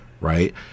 right